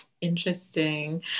Interesting